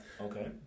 Okay